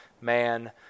man